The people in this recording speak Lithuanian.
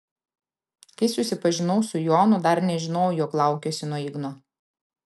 kai susipažinau su jonu dar nežinojau jog laukiuosi nuo igno